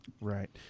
Right